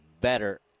better